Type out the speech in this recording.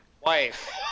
wife